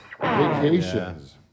Vacations